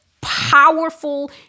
powerful